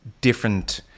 different